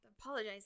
apologize